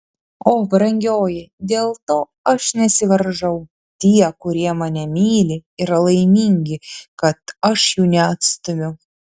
o brangioji dėl to aš nesivaržau tie kurie mane myli yra laimingi kad aš jų neatstumiu